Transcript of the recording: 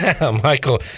Michael